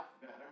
better